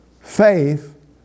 Faith